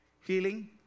healing